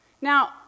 Now